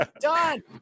Done